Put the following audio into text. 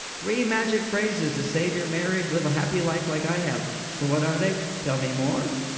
three magic phrases to save your marriage live a happy life like i have so what are they? tell me more.